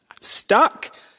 stuck